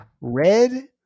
Red